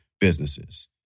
businesses